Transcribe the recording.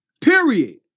Period